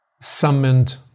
summoned